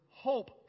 hope